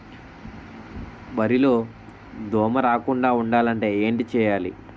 వరిలో దోమ రాకుండ ఉండాలంటే ఏంటి చేయాలి?